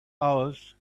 hours